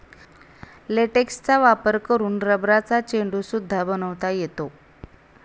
लेटेक्सचा वापर करून रबरचा चेंडू सुद्धा बनवता येतो